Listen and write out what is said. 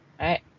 right